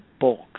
bulk